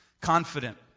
confident